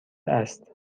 است